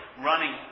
running